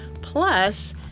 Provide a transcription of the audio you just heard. Plus